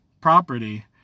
property